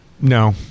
No